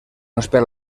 espera